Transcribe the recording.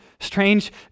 strange